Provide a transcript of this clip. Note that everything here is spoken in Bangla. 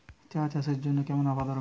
চা চাষের জন্য কেমন আবহাওয়া দরকার?